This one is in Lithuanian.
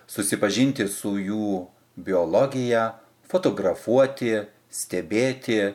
susipažinti su jų biologija fotografuoti stebėti